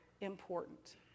important